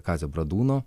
kazio bradūno